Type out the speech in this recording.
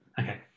okay